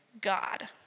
god